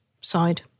side